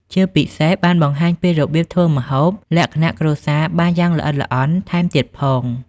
ជាពិសេសបានបង្ហាញពីរបៀបធ្វើម្ហូបលក្ខណៈគ្រួសារបានយ៉ាងល្អិតល្អន់ថែមទៀតផង។